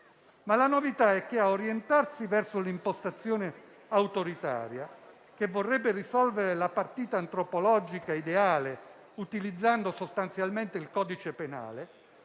Ma la novità è che a orientarsi verso l'impostazione autoritaria, che vorrebbe risolvere la partita antropologica e ideale utilizzando sostanzialmente il codice penale,